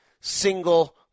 single